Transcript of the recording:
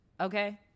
okay